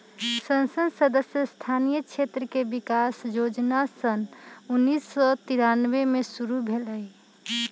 संसद सदस्य स्थानीय क्षेत्र विकास जोजना सन उन्नीस सौ तिरानमें में शुरु भेलई